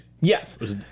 Yes